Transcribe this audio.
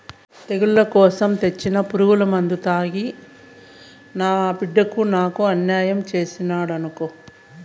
తెగుళ్ల కోసరం తెచ్చిన పురుగుమందు తాగి నా బిడ్డ నాకు అన్యాయం చేసినాడనుకో